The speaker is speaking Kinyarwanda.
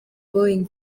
boeing